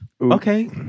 okay